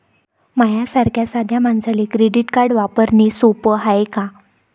माह्या सारख्या साध्या मानसाले क्रेडिट कार्ड वापरने सोपं हाय का?